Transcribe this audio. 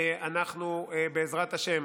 ואנחנו בעזרת השם